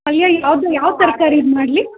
ಪಲ್ಯ ಯಾವುದು ಯಾವ ತರಕಾರಿದ್ದು ಮಾಡಲಿ